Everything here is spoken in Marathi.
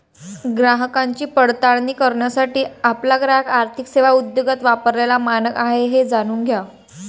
ग्राहकांची पडताळणी करण्यासाठी आपला ग्राहक आर्थिक सेवा उद्योगात वापरलेला मानक आहे हे जाणून घ्या